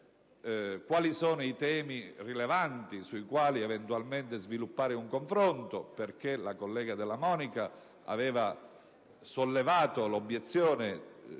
quali sono i temi rilevanti sui quali eventualmente sviluppare un confronto». La collega Della Monica, infatti, aveva sollevato l'obiezione